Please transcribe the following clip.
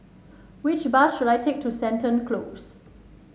which bus should I take to Seton Close